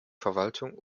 verwaltung